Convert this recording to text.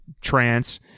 trance